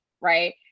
right